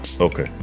Okay